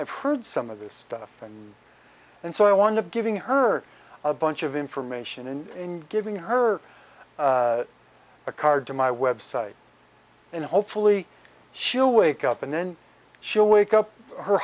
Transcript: i've heard some of this stuff and and so i want to giving her a bunch of information in giving her a card to my website and hopefully she'll wake up and then she'll wake up her